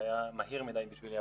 זה היה מהיר מדי בשבילי,